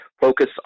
focus